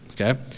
okay